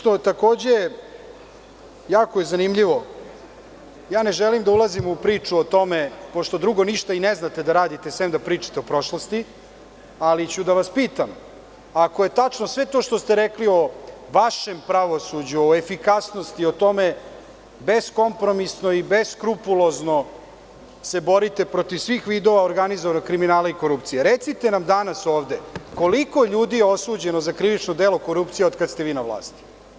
Ono što je takođe jako zanimljivo, ne želim da ulazim u priču o tome, pošto drugo ništa i ne znate da radite sem da pričate o prošlosti, ali ću da vas pitam, ako je tačno sve to što ste rekli o vašem pravosuđu, o efikasnosti, o tom beskompromisno i beskrupulozno se borite protiv svih vidova organizovanog kriminala i korupcije, recite nam danas ovde – koliko je ljudi osuđeno za krivično delo korupcije od kada ste vi na vlasti?